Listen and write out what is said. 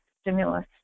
stimulus